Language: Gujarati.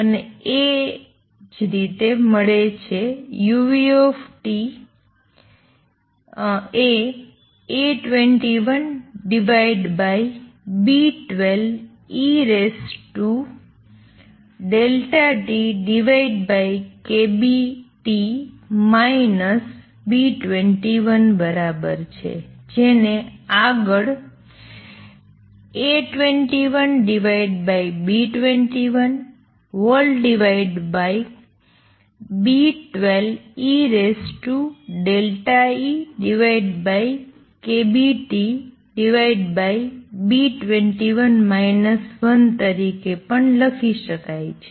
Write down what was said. અને એજ રીતે મળે છે uT એ A21B12eΔEkBT B21 બરાબર છે જેને આગળ A21B21B12eΔEkBTB21 1 તરીકે લખી શકાય છે